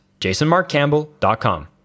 jasonmarkcampbell.com